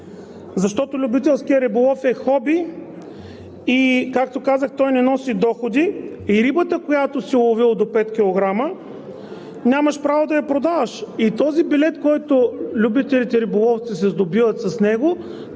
защото любителският риболов е хоби и, както казах, той не носи доходи и рибата, която си уловил до 5 кг, нямаш право да я продаваш. И този билет, който любителите риболовци се сдобиват с него,